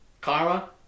karma